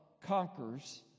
conquers